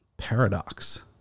paradox